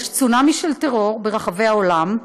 יש צונאמי של טרור ברחבי העולם,